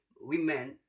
women